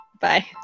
Bye